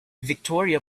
victoria